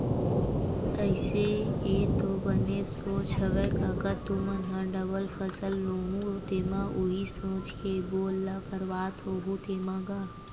अइसे ऐ तो बने सोचे हँव कका तुमन ह डबल फसल लुहूँ तेमा उही सोच के बोर ल करवात होहू तेंमा गा?